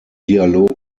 dialog